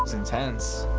intense.